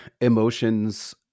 emotions